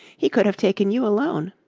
he could have taken you alone.